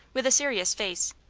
with a serious face,